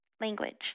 language